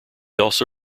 also